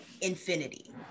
infinity